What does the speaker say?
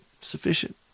sufficient